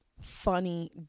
funny